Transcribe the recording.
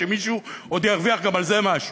שמישהו עוד ירוויח גם על זה משהו,